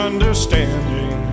understanding